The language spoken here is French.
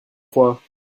crois